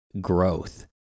growth